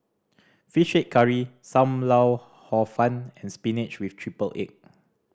Fish Head Curry Sam Lau Hor Fun and spinach with triple egg